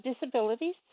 disabilities